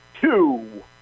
two